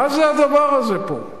מה זה הדבר הזה פה?